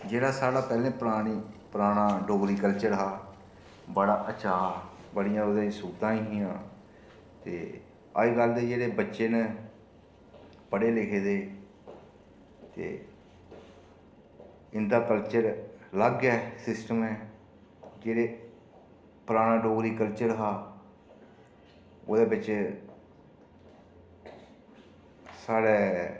जेह्ड़ा साढ़ा पैहलें परानी पराना डोगरी कल्चर हा बड़ा अच्छा हा बड़ियां ओह्दे च सुविधां हियां ते अज्ज कल दे जेह्ड़े बच्चे ने पढ़े लिखे दे ते इं'दा कल्चर अलग ऐ सिस्टम ते पराना डोगरी कल्चर हा ओह्दे बिच्च साढ़ै